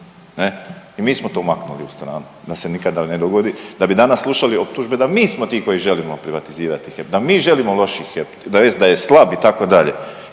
i mi smo to maknuli u stranu da se nikada ne dogodi, da bi danas slušali optužbe da mi smo ti koji želimo privatizirati HEP da mi želimo lošiji HEP, tj. da je slab itd..